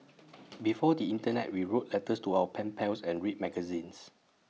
before the Internet we wrote letters to our pen pals and read magazines